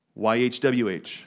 YHWH